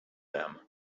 them